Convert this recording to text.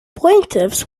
plaintiffs